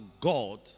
God